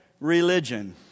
Religion